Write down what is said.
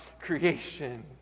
creation